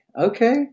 Okay